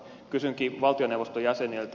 kysynkin valtioneuvoston jäseniltä